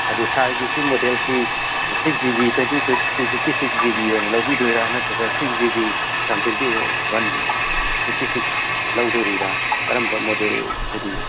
ꯑꯗꯨ ꯁꯥꯔꯒꯤꯁꯤ ꯃꯣꯗꯦꯜꯁꯤ six G B two fifty six G B ꯑꯣꯏꯅ ꯂꯧꯕꯤꯗꯣꯏꯔ ꯅꯠꯇ꯭ꯔꯒ six G B one twenty one fifty six ꯂꯧꯗꯣꯔꯤꯔꯥ ꯀꯔꯝꯕ ꯃꯣꯗꯦꯜ ꯍꯥꯏꯗꯤ